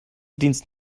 dienst